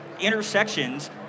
intersections